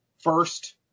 first